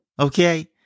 Okay